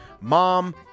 Mom